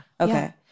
okay